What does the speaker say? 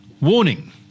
warning